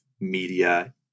media